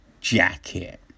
jacket